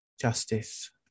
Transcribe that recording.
justice